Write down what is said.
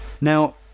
now